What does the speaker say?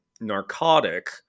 narcotic